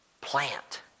plant